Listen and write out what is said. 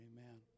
Amen